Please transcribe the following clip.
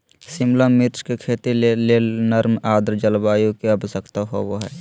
शिमला मिर्च के खेती के लेल नर्म आद्र जलवायु के आवश्यकता होव हई